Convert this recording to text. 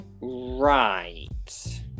Right